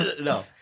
No